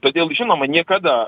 todėl žinoma niekada